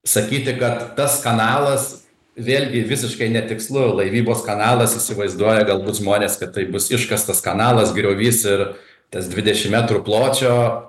sakyti kad tas kanalas vėlgi visiškai netikslu laivybos kanalas įsivaizduoja galbūt žmonės kad tai bus iškastas kanalas griovys ir tas dvidešim metrų pločio